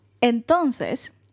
Entonces